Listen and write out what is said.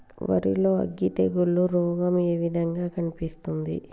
వరి లో అగ్గి తెగులు రోగం ఏ విధంగా కనిపిస్తుంది?